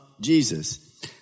Jesus